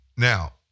Now